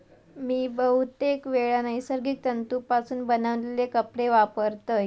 मी बहुतेकवेळा नैसर्गिक तंतुपासून बनवलेले कपडे वापरतय